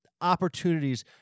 opportunities